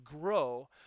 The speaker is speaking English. grow